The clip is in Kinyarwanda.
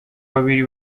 babiri